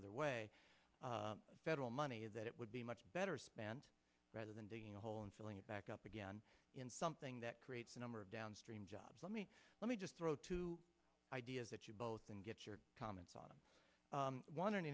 other way federal money that it would be much better spent rather than digging a hole and filling it back up again in something that creates a number of downstream jobs let me let me just throw two ideas that you both and get your comments on